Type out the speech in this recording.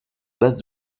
base